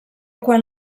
quan